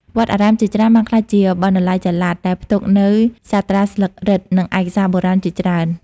វត្តអារាមជាច្រើនបានក្លាយជាបណ្ណាល័យចល័ត ដែលផ្ទុកនូវសាត្រាស្លឹករឹត និងឯកសារបុរាណជាច្រើន។